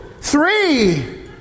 three